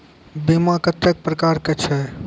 बीमा कत्तेक प्रकारक छै?